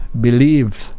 Believe